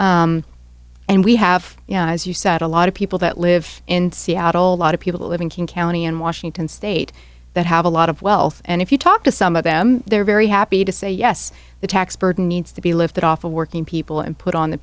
share and we have you know as you said a lot of people that live in seattle lot of people who live in king county in washington state that have a lot of wealth and if you talk to some of them they're very happy to say yes the tax burden needs to be lifted off of working people and put on the